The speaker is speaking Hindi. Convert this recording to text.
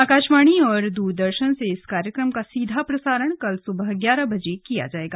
आकाशवाणी और द्रदर्शन से इस कार्यक्रम का सीधा प्रसारण कल सुबह ग्यारह बजे किया जायेगा